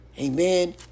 Amen